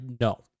no